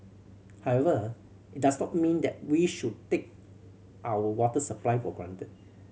however it does not mean that we should take our water supply for granted